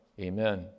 amen